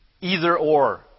either-or